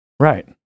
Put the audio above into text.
Right